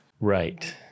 Right